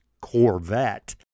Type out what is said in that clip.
Corvette